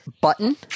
Button